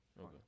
Okay